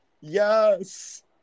Yes